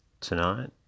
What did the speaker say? Tonight